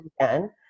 again